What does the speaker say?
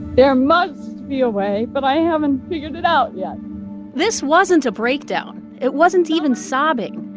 there must be a way, but i haven't figured it out yet this wasn't a breakdown. it wasn't even sobbing.